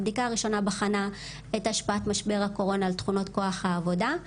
הבדיקה הראשונה בחנה את השפעת משבר הקורונה על תכונות כוח העבודה.